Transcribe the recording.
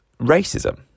racism